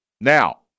Now